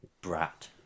Brat